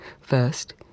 First